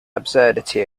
absurdity